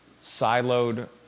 siloed